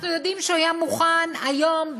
אנחנו יודעים שהוא היה מוכן היום,